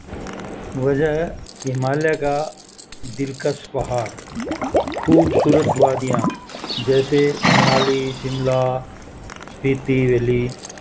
وجہ ہے ہمالیہ کا دلکش پہاڑ خوبصورت وادیاں جیسے منالی شملہ اسپتی ویلی